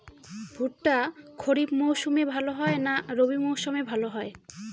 ভুট্টা খরিফ মৌসুমে ভাল হয় না রবি মৌসুমে ভাল হয়?